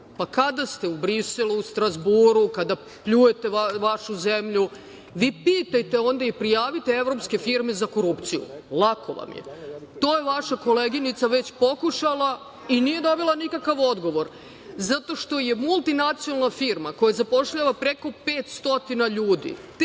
Pa, kada ste u Briselu, u Strazburu, kada pljujete vašu zemlju, vi pitajte onda i prijavite evropske firme za korupciju. Lako vam je. to je vaša koleginica već pokušala i nije dobila nikakav odgovor, zato što je multinacionalna firma koja zapošljava preko 500 ljudi